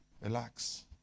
Relax